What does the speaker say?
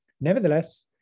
Nevertheless